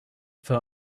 for